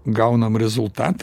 gaunam rezultat